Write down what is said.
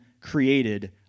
created